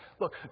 look